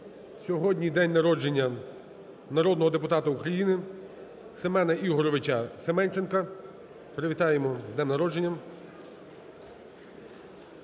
Сьогодні день народження народного депутата України Семена Ігоровича Семенченка. Привітаємо з днем народження.